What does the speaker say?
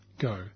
go